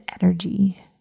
energy